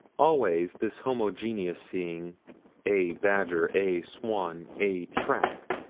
always this homogeneous-seeing a badger a swan a track.